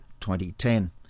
2010